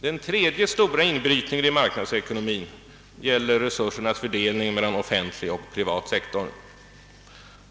Den tredje stora inbrytningen i marknadsekonomin gäller resursernas fördelning mellan offentlig och privat sektor.